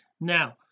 Now